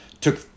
took